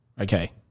Okay